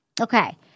Okay